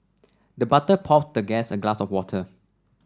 the butler poured the guest a glass of water